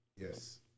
Yes